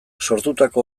sortutako